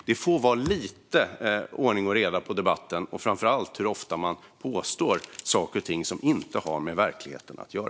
Det får vara lite ordning och reda på debatten och framför allt på hur ofta man påstår saker och ting som inte har med verkligheten att göra.